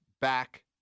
back